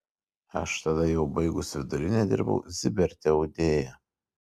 aš tada jau baigus vidurinę dirbau ziberte audėja